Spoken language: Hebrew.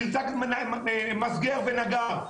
נרצח מסגר ונגר.